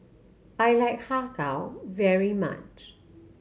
I like Har Kow very much